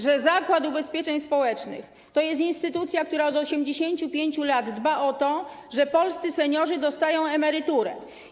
że Zakład Ubezpieczeń Społecznych to jest instytucja, która od 85 lat dba o to, żeby polscy seniorzy dostawali emeryturę.